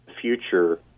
future